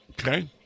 okay